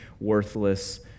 worthless